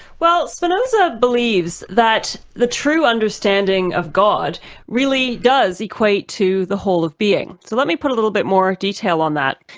well spinoza believes that the true understanding of god really does equate to the whole of being. so let me put a little bit more detail on that.